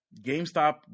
GameStop